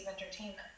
entertainment